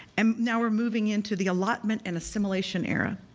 and now we're moving into the allotment and assimilation era.